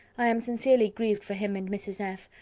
i am sincerely grieved for him and mrs. f,